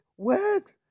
works